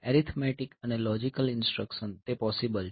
arithmetic અને logic instruction તે possible છે